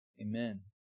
Amen